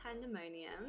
pandemonium